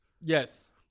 Yes